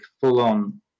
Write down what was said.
full-on